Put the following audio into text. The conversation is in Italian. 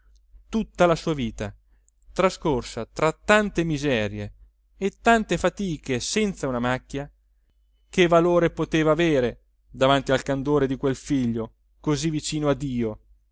tutta la sua vita trascorsa tra tante miserie e tante fatiche senza una macchia che valore poteva avere davanti al candore di quel figlio così vicino a dio